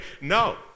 No